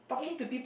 eh